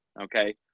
okay